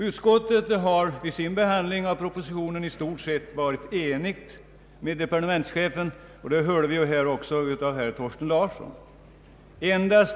Utskottet har vid sin behandling av propositionen i stort sett varit enigt med departementschefen, vilket även herr Thorsten Larsson framhöll.